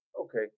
Okay